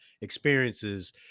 experiences